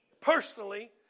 personally